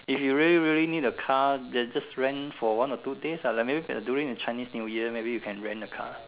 if you really really need a car then just rent for one or two days ah like maybe during Chinese New Year maybe you can rent a car